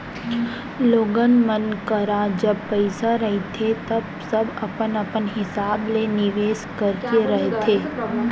लोगन मन करा जब पइसा रहिथे तव सब अपन अपन हिसाब ले निवेस करके रखथे